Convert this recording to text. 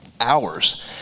hours